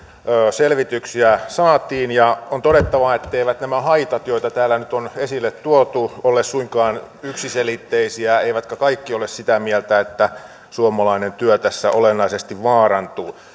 selvityksiä saatiin on todettava etteivät nämä haitat joita täällä nyt on esille tuotu ole suinkaan yksiselitteisiä eivätkä kaikki ole sitä mieltä että suomalainen työ tässä olennaisesti vaarantuu